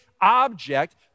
object